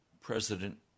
President